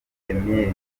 emile